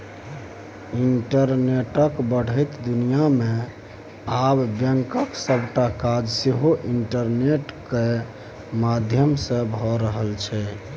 इंटरनेटक बढ़ैत दुनियाँ मे आब बैंकक सबटा काज सेहो इंटरनेट केर माध्यमसँ भए रहल छै